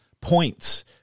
points